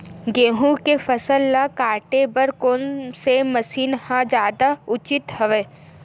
गेहूं के फसल ल काटे बर कोन से मशीन ह जादा उचित हवय?